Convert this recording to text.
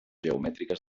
geomètriques